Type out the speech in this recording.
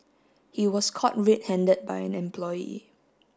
he was caught red handed by an employee